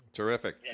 terrific